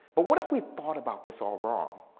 but what if we thought about this all wrong.